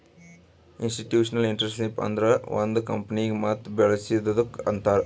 institutional entrepreneurship ಅಂದುರ್ ಒಂದ್ ಕಂಪನಿಗ ಮತ್ ಬೇಳಸದ್ದುಕ್ ಅಂತಾರ್